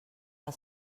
del